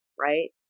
right